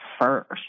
first